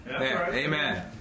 Amen